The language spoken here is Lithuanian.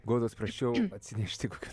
godos prašiau atsinešti kokią